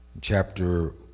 chapter